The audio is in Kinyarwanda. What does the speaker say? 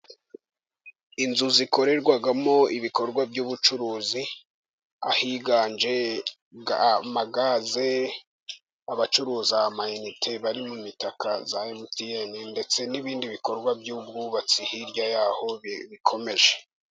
Inzu zikorerwamo ibikorwa by'ubucuruzi, ahiganje amagaze, abacuruza ama inite bari mu mitaka ya MTN ndetse n'ibindi bikorwa by'ubwubatsi hirya y'aho bikomeje.